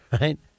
Right